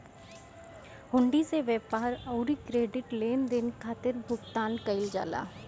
हुंडी से व्यापार अउरी क्रेडिट लेनदेन खातिर भुगतान कईल जाला